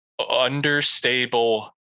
understable